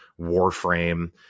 warframe